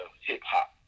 hip-hop